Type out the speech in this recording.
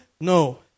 No